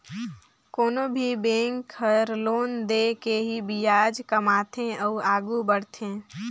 कोनो भी बेंक हर लोन दे के ही बियाज कमाथे अउ आघु बड़थे